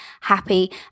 happy